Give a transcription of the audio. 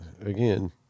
again